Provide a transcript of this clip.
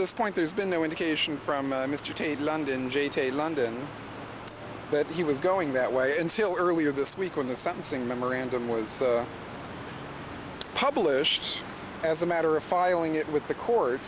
this point there's been no indication from mr tate london j j london that he was going that way until earlier this week when the sentencing memorandum was published as a matter of filing it with the court